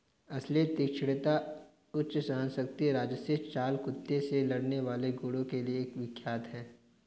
असील तीक्ष्णता, उच्च सहनशक्ति राजसी चाल कुत्ते से लड़ने वाले गुणों के लिए विख्यात है